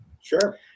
Sure